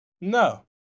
No